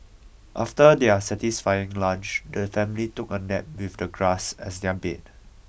after their satisfying lunch the family took a nap with the grass as their bed